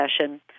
session